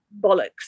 bollocks